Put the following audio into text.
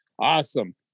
Awesome